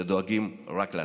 שדואגים רק לעצמכם.